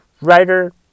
writer